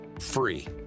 free